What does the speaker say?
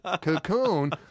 cocoon